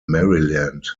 maryland